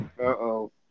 Uh-oh